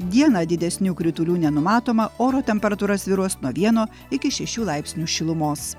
dieną didesnių kritulių nenumatoma oro temperatūra svyruos nuo vieno iki šešių laipsnių šilumos